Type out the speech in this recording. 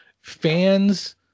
fans